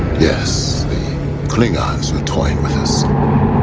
yes, the klingons were toying with us.